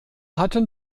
hatten